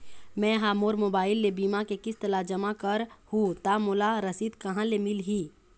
मैं हा मोर मोबाइल ले बीमा के किस्त ला जमा कर हु ता मोला रसीद कहां ले मिल ही?